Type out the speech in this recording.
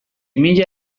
mila